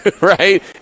right